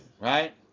right